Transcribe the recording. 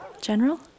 General